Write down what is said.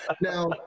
Now